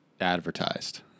advertised